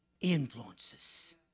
influences